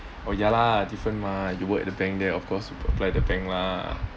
orh ya lah different mah you work at the bank there of course you apply the bank lah